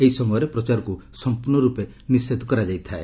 ଏହି ସମୟରେ ପ୍ରଚାରକୁ ସମ୍ପର୍ଣ୍ଣ ରୂପେ ନିଷେଧ କରାଯାଇଥାଏ